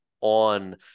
on